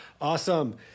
Awesome